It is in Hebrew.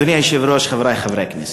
אדוני היושב-ראש, חברי חברי הכנסת,